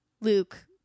luke